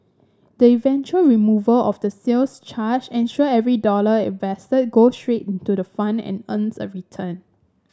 the eventual removal of the sales charge ensure every dollar invested goes straight into the fund and earns a return